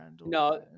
No